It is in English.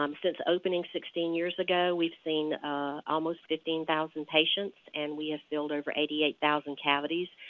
um since opening sixteen years ago, we've seen almost fifteen thousand patients, and we have filled over eighty eight thousand cavities,